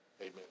amen